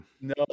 no